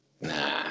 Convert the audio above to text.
Nah